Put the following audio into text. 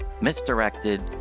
misdirected